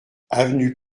avenue